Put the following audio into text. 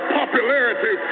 popularity